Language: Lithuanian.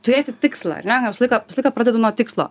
turėti tikslą ar ne aš visą laiką visą laiką pradedu nuo tikslo